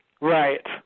right